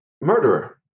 murderer